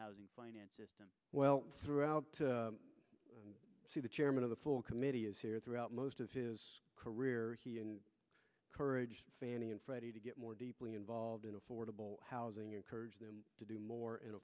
housing finance system well throughout see the chairman of the full committee is here throughout most of his career he and courage fannie and freddie to get more deeply involved in affordable housing encourage them to do more